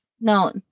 No